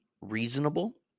reasonable